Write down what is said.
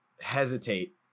hesitate